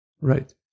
Right